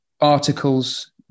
articles